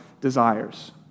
desires